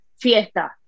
fiesta